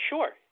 Sure